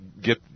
get